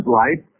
life